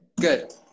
Good